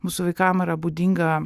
mūsų vaikam yra būdinga